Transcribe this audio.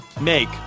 make